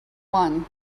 one